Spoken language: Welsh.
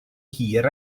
hir